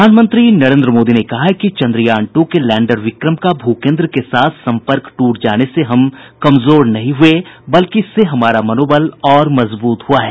प्रधानमंत्री नरेन्द्र मोदी ने कहा है कि चन्द्रयान टू के लैंडर विक्रम का भू केन्द्र के साथ संपर्क टूट जाने से हम कमजोर नहीं हुए बल्कि इससे हमारा मनोबल और मजबूत हुआ है